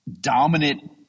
dominant